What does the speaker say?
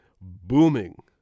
booming